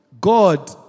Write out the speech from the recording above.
God